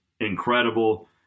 incredible